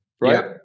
right